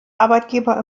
arbeitgeber